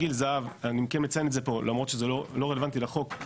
אני מציין את זה פה למרות שזה לא רלוונטי לחוק.